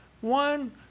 one